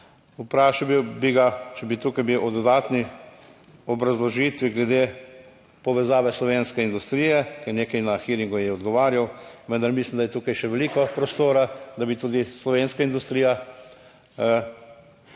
Vprašal bi ga, sicer je v dodatni obrazložitvi glede povezave slovenske industrije nekaj na hearingu odgovarjal, vendar mislim, da je tu še veliko prostora, da bi tudi slovenska industrija tu pomagala